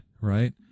right